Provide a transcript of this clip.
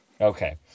Okay